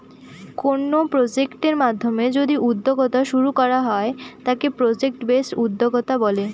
কোনো প্রজেক্টের মাধ্যমে যদি উদ্যোক্তা শুরু করা হয় তাকে প্রজেক্ট বেসড উদ্যোক্তা বলে